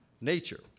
nature